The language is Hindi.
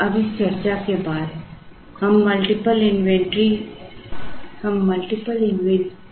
अब इस चर्चा के बाद हम मल्टीपल आइटम इन्वेंटरी की ओर बढ़ते हैं